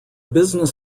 business